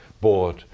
board